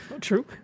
True